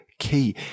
key